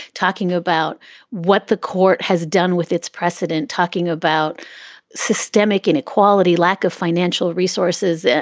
talking about what the court has done with its precedent, talking about systemic inequality, lack of financial resources.